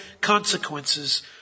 consequences